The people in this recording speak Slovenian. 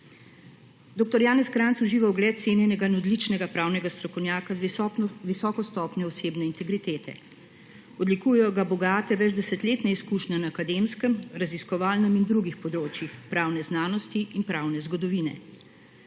Dr. Janez Krajnc uživa ugled cenjenega in odličnega pravnega strokovnjaka z visoko stopnjo osebne integritete. Odlikujejo ga bogate večdesetletne izkušnje na akademskem, raziskovalnem in drugih področjih pravne znanosti in pravne zgodovine.